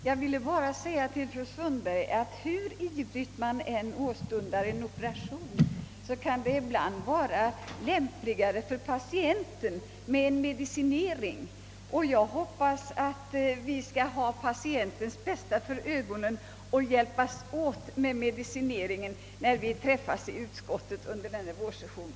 Herr talman! Jag vill bara erinra fru Sundberg om att det, hur ivrigt man än åstundar en operation, ibland kan vara lämpligare för patienten med en medicinering. Jag hoppas att vi skall ha patientens bästa för ögonen och hjälpas åt med medicineringen när vi träffas i utskottet under denna vårsession.